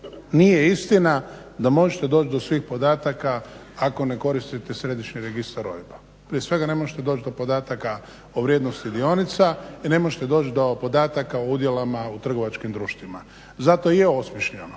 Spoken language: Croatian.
nije istina da možete doći do svih podataka ako ne koristite Središnji registar OIB-a. Prije svega ne možete doći do podataka o vrijednosti dionica i ne možete doći do podataka o udjelima u trgovačkim društvima. Zato i je osmišljen